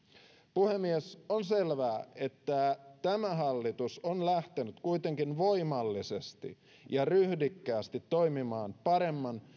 puhemies on selvää että tämä hallitus on lähtenyt kuitenkin voimallisesti ja ryhdikkäästi toimimaan paremman